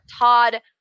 Todd